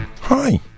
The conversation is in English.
hi